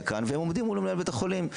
והם עומדים מול מנהל בית החולים.